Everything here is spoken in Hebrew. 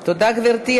תודה, גברתי.